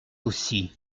aussi